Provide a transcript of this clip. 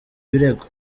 birego